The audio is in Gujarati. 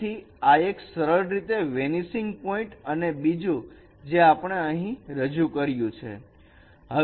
તેથી આ એક સરળ રીતે વેનીસિંગ પોઇન્ટ અને બીજું જે આપણે અહીં રજુ કર્યું છે